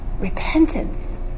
repentance